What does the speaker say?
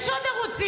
יש עוד ערוצים,